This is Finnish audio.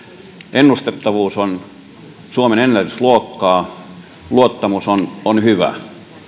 ennustettavuus on suomenennätysluokkaa luottamus on on hyvä